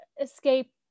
escape